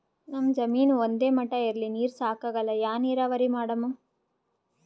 ನಮ್ ಜಮೀನ ಒಂದೇ ಮಟಾ ಇಲ್ರಿ, ನೀರೂ ಸಾಕಾಗಲ್ಲ, ಯಾ ನೀರಾವರಿ ಮಾಡಮು?